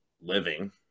living